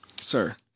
sir